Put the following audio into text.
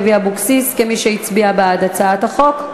לוי אבקסיס כמי שהצביעה בעד הצעת החוק.